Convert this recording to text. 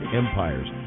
empires